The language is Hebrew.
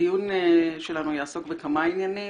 הדיון שלנו יעסוק בכמה עניינים,